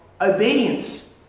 obedience